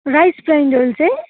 rice grinder चाहिँ